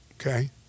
Okay